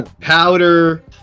Powder